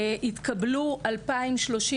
נפתחו 2,035